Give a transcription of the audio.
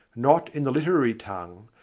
not in the literary tongue,